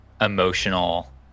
emotional